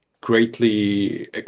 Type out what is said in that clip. greatly